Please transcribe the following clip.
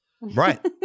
Right